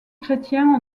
chrétiens